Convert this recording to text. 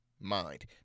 mind